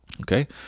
Okay